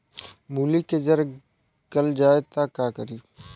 मूली के जर गल जाए त का करी?